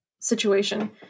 situation